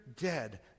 dead